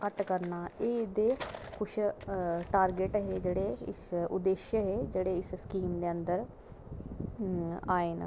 घट्ट करना एह् जे किश टारगेट हे जेह्ड़े किश उद्देश्य हे जेह्ड़े इस स्कीम दे अंदर आये न